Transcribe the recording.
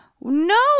No